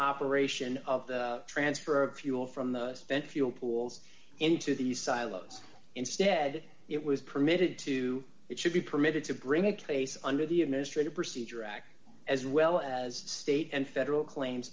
operation of the transfer of fuel from the spent fuel pools into these silos instead it was permitted to it should be permitted to bring a case under the administrative procedure act as well as state and federal claims